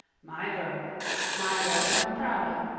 my girl my girl that i'm proud of.